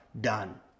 done